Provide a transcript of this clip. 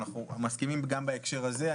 אנחנו מסכימים גם בהקשר הזה.